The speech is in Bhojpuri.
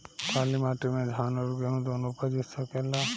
काली माटी मे धान और गेंहू दुनो उपज सकेला?